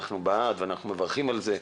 אנחנו בעד ואנחנו מברכים על כך,